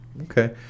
okay